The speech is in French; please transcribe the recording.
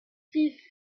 six